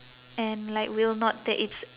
and like will not that it's